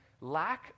lack